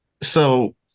So-